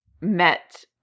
met